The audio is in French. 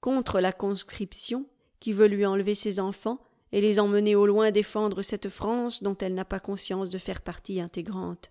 contre la conscription qui veut lui enlever ses enfants et les emmener au loin défendre cette france dont elle n'a pas conscience de faire partie intégrante